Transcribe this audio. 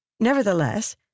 Nevertheless